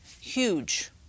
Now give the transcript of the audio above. huge